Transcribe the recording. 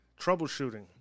troubleshooting